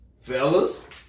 fellas